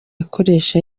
akoresha